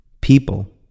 people